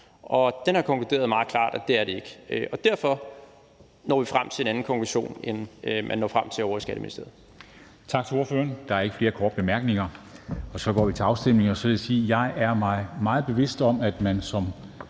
Og den har meget klart konkluderet, at det er det ikke. Derfor når vi frem til en anden konklusion, end man når frem til ovre i Skatteministeriet.